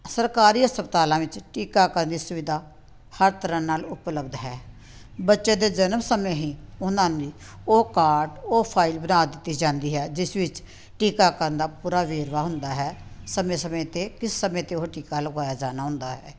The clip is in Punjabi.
ਸਰਕਾਰੀ ਹਸਪਤਾਲਾਂ ਵਿੱਚ ਟੀਕਾਕਰਨ ਦੀ ਸੁਵਿਧਾ ਹਰ ਤਰ੍ਹਾਂ ਨਾਲ ਉਪਲਬਧ ਹੈ ਬੱਚੇ ਦੇ ਜਨਮ ਸਮੇਂ ਹੀ ਉਹਨਾਂ ਨੇ ਉਹ ਕਾਰਡ ਉਹ ਫਾਈਲ ਬਣਾ ਦਿੱਤੀ ਜਾਂਦੀ ਹੈ ਜਿਸ ਵਿੱਚ ਟੀਕਾਕਰਨ ਦਾ ਪੂਰਾ ਵੇਰਵਾ ਹੁੰਦਾ ਹੈ ਸਮੇਂ ਸਮੇਂ 'ਤੇ ਕਿਸ ਸਮੇਂ 'ਤੇ ਉਹ ਟੀਕਾ ਲਗਾਇਆ ਜਾਣਾ ਹੁੰਦਾ ਹੈ